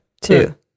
two